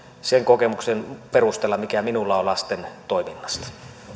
sen kokemuksen perusteella mikä minulla on lasten toiminnasta